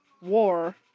war